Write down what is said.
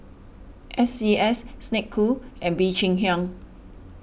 S C S Snek Ku and Bee Cheng Hiang